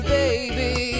baby